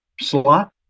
slot